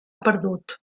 perdut